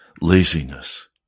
laziness